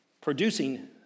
producing